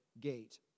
gate